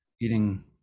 eating